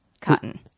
Cotton